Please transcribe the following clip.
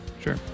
Sure